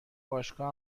باشگاه